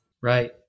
Right